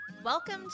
Welcome